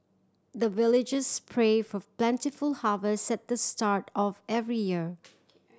the villagers pray for plentiful harvest at the start of every year